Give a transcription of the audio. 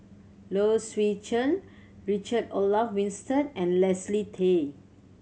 Low Swee Chen Richard Olaf Winstedt and Leslie Tay